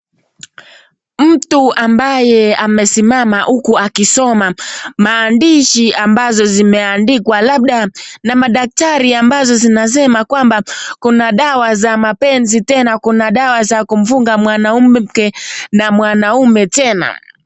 Mtu ambaye amesimama huku akisoma maandishi ambazo zimeandikwa labda na madaktari ambazo zinasema kwamba Kuna dawa za mapenzi tena Kuna dawa za kumfunga mwanamke na mwanaume tena.